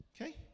Okay